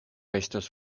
estas